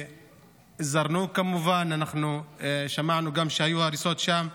וזרנוק כמובן, שמענו שהיו הריסות גם שם,